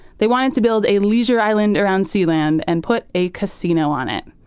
they wanted to build a leisure island around sealand and put a casino on it.